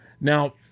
Now